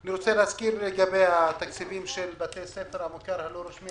אני רוצה להזכיר לגבי התקציבים של בתי הספר של המוכר שאינו רשמי.